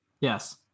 yes